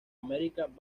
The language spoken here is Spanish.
american